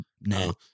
No